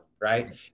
Right